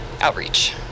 outreach